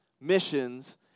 missions